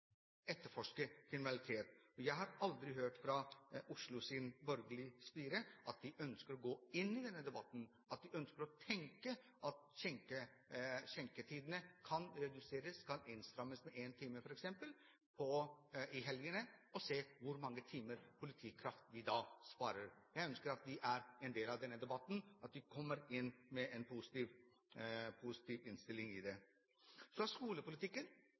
etterforske kriminalitet. Jeg har aldri hørt fra Oslos borgerlige styre at de ønsker å gå inn i denne debatten, at de ønsker å tenke at skjenketidene kan reduseres, f.eks. innstrammes med en time i helgene, og se hvor mange timer politikraft vi da sparer. Jeg ønsker at de er en del av denne debatten, at de kommer inn med en positiv innstilling til det. Så til skolepolitikken,